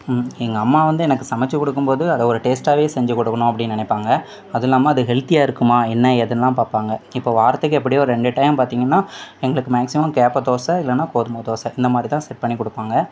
எங்கள் அம்மா வந்து எனக்கு சமைச்சு கொடுக்கும்போது அதை ஒரு டேஸ்டாகவே செஞ்சு கொடுக்கணும் அப்படின்னு நினைப்பாங்க அதில்லாம அது ஹெல்த்தியாக இருக்குமா என்ன ஏதுன்லாம் பார்ப்பாங்க இப்போ வாரத்துக்கு எப்படியும் ஒரு ரெண்டு டைம் பார்த்திங்கன்னா எங்களுக்கு மேக்ஸிமம் கேப்பை தோசை இல்லைன்னா கோதுமை தோசை இந்தமாதிரிதான் செட் பண்ணி கொடுப்பாங்க